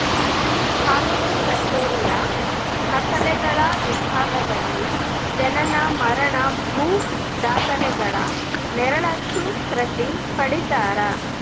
ತಾಲೂಕು ಕಛೇರಿಯ ದಾಖಲೆಗಳ ವಿಭಾಗದಲ್ಲಿ ಜನನ ಮರಣ ಭೂ ದಾಖಲೆಗಳ ನೆರಳಚ್ಚು ಪ್ರತಿ ಪಡೀತರ